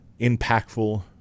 impactful